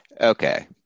okay